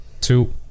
two